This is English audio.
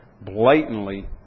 blatantly